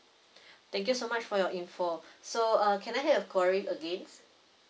thank you so much for your info so err can I have query again